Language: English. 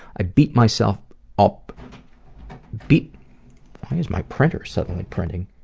i beat myself up beat why is my printer suddenly printing?